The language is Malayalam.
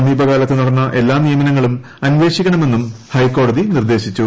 സമീപകാലത്ത് നടന്ന എല്ലാ നിയമനങ്ങളും അന്വേഷിക്കണമെന്നും ഹൈക്കോടതി നിർദ്ദേശിച്ചു